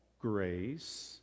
grace